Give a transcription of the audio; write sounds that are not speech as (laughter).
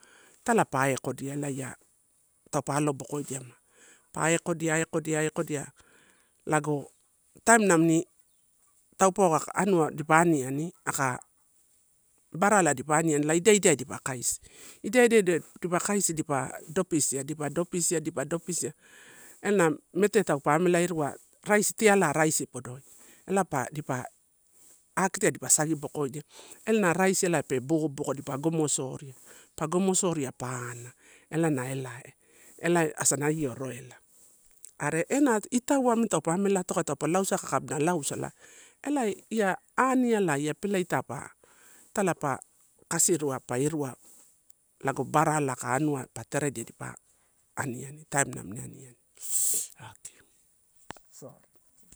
Italai pa aikodia elaie ela taupe alobokodiama, pa aikodia, aikodia, aikodia lago taim namini taupeuwa ka amua dipa aniani aka barala dipa aniani ela ida idaia dipa kaisi. Ida idaio de dipa kaisia dipa dopoisia, dipa dopoisia, dipa dopoisia ela na mete taupe amela irua raisi tialai raisi podoi. Ela pa dipa akitiai dipa sagibokoina. Ela na raisi elae pe boboko dipa gomo soria, pa gomo soria pa ana ela na elai, elai asana io roila. Are ena itaua taupe amela atokia taupe lausaia ako kabuna lausala ela ia anialai ia peleita pa, italai pa kasirua pa irua lago barala ka anua pa teredia dipa aniani taim namini aniani. (noise) Okay.